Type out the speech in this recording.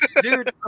Dude